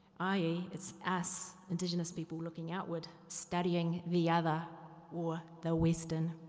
i e, it's us, indigenous people looking outward studying the other or the western.